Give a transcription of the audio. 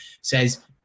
says